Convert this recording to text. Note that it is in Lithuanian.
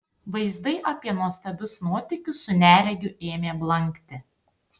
vaizdai apie nuostabius nuotykius su neregiu ėmė blankti